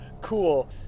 cool